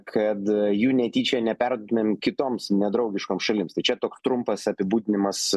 kad jų netyčia neperduotumėm kitoms nedraugiškoms šalims tai čia tok trumpas apibūdinimas